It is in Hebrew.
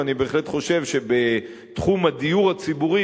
ואני בהחלט חושב שבתחום הדיור הציבורי